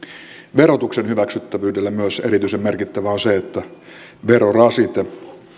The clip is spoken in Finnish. verotuksen hyväksyttävyydelle myös erityisen merkittävää on että verorasitteen